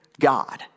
God